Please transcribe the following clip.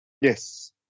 Yes